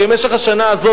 במשך השנה הזאת,